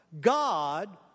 God